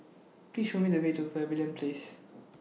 Please Show Me The Way to Pavilion Place